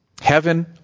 Heaven